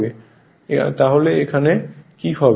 তাহলে এখন এখানে কি হবে